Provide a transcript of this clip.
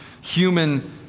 human